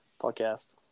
podcast